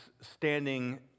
standing